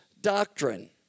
doctrine